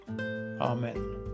Amen